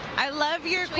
i love your